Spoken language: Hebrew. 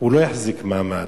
לא יחזיקו מעמד,